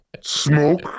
Smoke